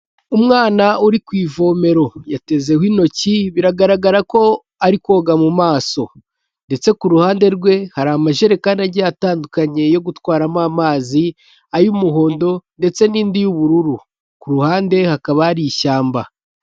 Umwana uri ku ivomero yatezeho intoki biragaragara ko ari koga mu maso ndetse ku ruhande rwe hari amajerekani agiye atandukanye yo gutwaramo amazi, ay'umuhondo ndetse n'indi y'ubururu, ku ruhande hakaba ari ishyamba.